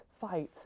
fights